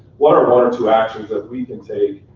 what are one or two actions that we can take